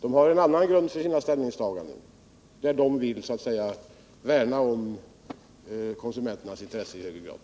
De har en annan grund för sina ställningstaganden. De vill värna om konsumenternas intressen i högre grad.